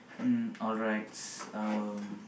mm alright um